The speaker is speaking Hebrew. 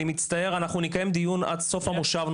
אני מצטער אנחנו נקיים דיון נוסף עד סוף המושב,